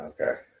Okay